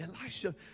Elisha